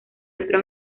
otro